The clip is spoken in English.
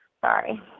Sorry